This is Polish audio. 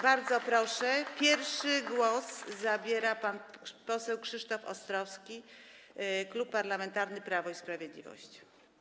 Bardzo proszę, pierwszy głos zabierze pan poseł Krzysztof Ostrowski, Klub Parlamentarny Prawo i Sprawiedliwość.